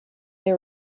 they